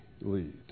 lead